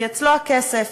כי אצלו הכסף.